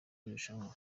irushanwa